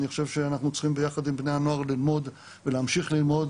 אני חושב שאנחנו צריכים ביחד עם בני הנוער ללמוד ולהמשיך ללמוד,